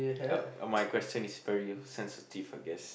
uh my question is very sensitive I guess